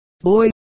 boy